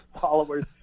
followers